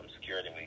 security